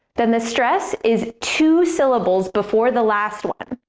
then the stress is two syllables before the last one.